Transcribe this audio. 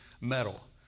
metal